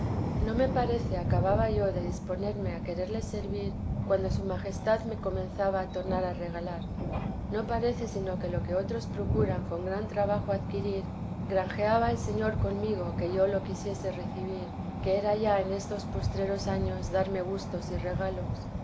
no me parece acababa yo de disponerme a quererle servir cuando su majestad me comenzaba a tornar a regalar no parece sino que lo que otros procuran con gran trabajo adquirir granjeaba el señor conmigo que yo lo quisiese recibir que era ya en estos postreros años darme gustos y regalos